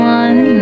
one